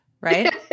Right